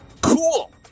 cool